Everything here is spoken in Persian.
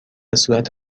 صورت